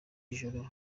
ijoro